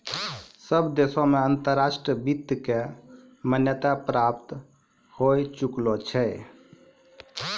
सब देश मे अंतर्राष्ट्रीय वित्त के मान्यता प्राप्त होए चुकलो छै